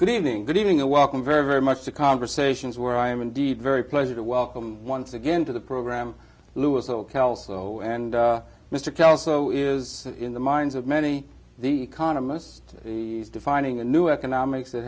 good evening good evening and welcome very very much to conversations where i am indeed very pleasure to welcome once again to the program lou is ok also and mr kelso is in the minds of many the economist defining a new economics that